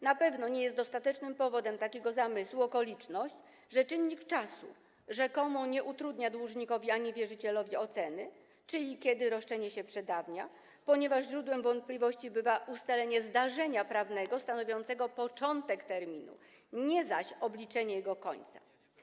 Na pewno nie jest dostatecznym powodem takiego zamysłu okoliczność, że czynnik czasu rzekomo nie utrudnia dłużnikowi ani wierzycielowi oceny, czy i kiedy roszczenie się przedawnia, ponieważ źródłem wątpliwości bywa ustalenie zdarzenia prawnego stanowiącego początek terminu, nie zaś obliczenie jego końca.